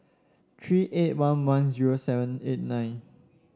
three eight one one zero seven eight nine